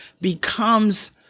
becomes